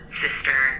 sister